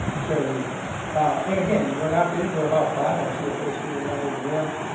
so and again, we're not big we're about five, our cfo is sitting right over there.